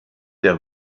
der